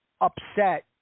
upset